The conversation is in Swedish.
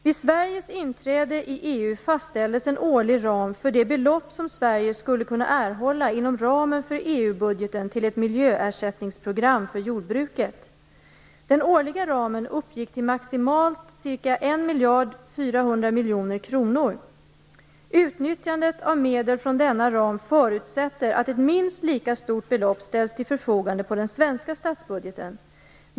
Vid Sveriges inträde i EU fastställdes en årlig ram för det belopp som Sverige skulle kunna erhålla inom ramen för EG-budgeten till ett miljöersättningsprogram för jordbruket. Den årliga ramen uppgick till maximalt ca 1 400 miljoner kronor. Utnyttjandet av medel från denna ram förutsätter att ett minst lika stort belopp ställs till förfogande på den svenska statsbudgeten.